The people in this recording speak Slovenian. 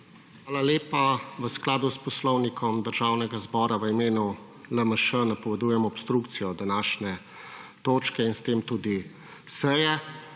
Hvala lepa. V skladu s Poslovnikom Državnega zbora v imenu LMŠ napovedujem obstrukcijo današnje točke in s tem tudi seje.